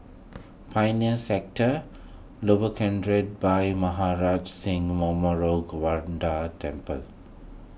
Pioneer Sector Lower Kent Ridge Bhai Maharaj Singh Memorial Gurdwara Temple